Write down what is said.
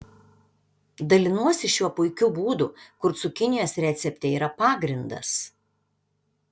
dalinuosi šiuo puikiu būdu kur cukinijos recepte yra pagrindas